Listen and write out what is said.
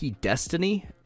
Destiny